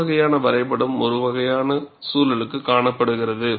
இந்த வகையான வரைபடம் ஒரு குறிப்பிட்ட வகையான சூழலுக்கு காணப்படுகிறது